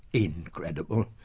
incredible.